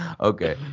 Okay